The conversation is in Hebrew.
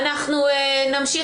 נמשיך,